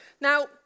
Now